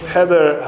Heather